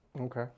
Okay